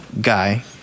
guy